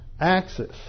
axis